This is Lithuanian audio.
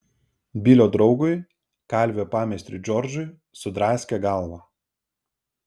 bilio draugui kalvio pameistriui džordžui sudraskė galvą